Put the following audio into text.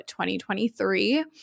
2023